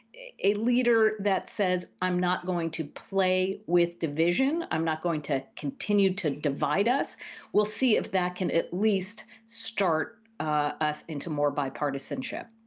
a leader that says, i'm not going to play with division, i'm not going to continue to divide us, we will see if that can at least start us into more bipartisanship.